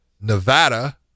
Nevada